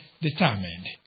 determined